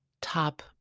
top